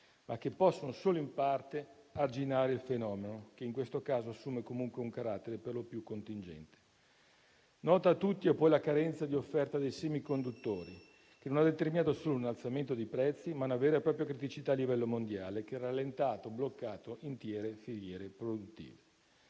ma che possono solo in parte arginare il fenomeno, che in questo caso assume comunque un carattere per lo più contingente. *(Richiami del Presidente).* Nota a tutti è poi la carenza di offerta dei semiconduttori, che non ha determinato solo un innalzamento dei prezzi, ma anche una vera e propria criticità a livello mondiale, che ha rallentato o bloccato intere filiere produttive.